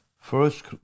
First